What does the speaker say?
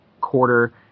quarter